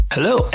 Hello